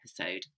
episode